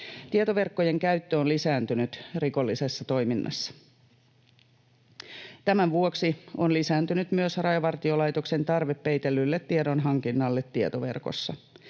Tietoverkkojen käyttö on lisääntynyt rikollisessa toiminnassa. Tämän vuoksi on lisääntynyt myös Rajavartiolaitoksen tarve peitellylle tiedonhankinnalle tietoverkossa.